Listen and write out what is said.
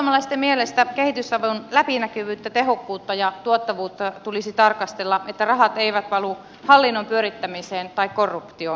perussuomalaisten mielestä kehitysavun läpinäkyvyyttä tehokkuutta ja tuottavuutta tulisi tarkastella että rahat eivät valu hallinnon pyörittämiseen tai korruptioon